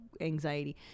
anxiety